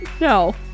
No